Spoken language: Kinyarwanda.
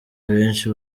benshi